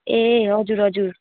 ए हजुर हजुर